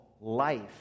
life